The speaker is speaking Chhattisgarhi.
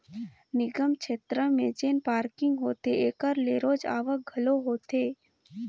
निगम छेत्र में जेन पारकिंग होथे एकर ले रोज आवक घलो होथे